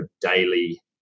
daily